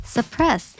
Suppress